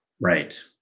right